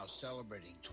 celebrating